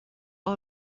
are